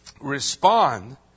respond